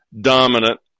dominant